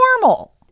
normal